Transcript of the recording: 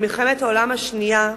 במלחמת העולם השנייה,